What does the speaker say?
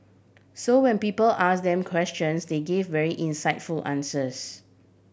so when people ask them questions they gave very insightful answers